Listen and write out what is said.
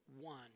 one